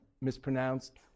mispronounced